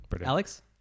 Alex